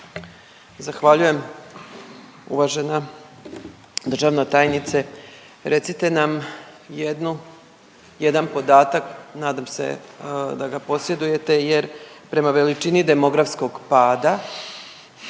Zahvaljujem. Uvažena državna tajnice recite nam jedan podatak, nadam se da ga posjedujete jer prema veličini demografskog pada